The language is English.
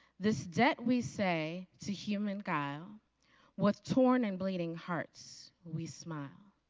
this debt we say to human guile with torn and bleeding hearts we smile.